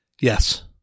yes